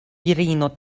virino